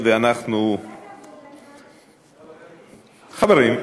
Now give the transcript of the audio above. חברים,